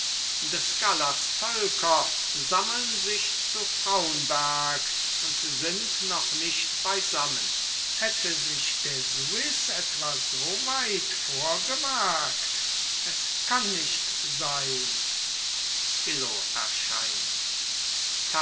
des gallas völker sammeln sich zu frau'nberg und sind noch nicht beisammen hätte sich der suys etwa so weit vorgewagt es kann nicht sein illo erscheint